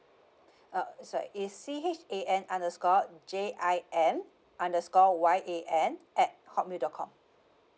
uh sorry it's C H A N underscore J I N underscore Y A N at hotmail dot com